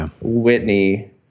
Whitney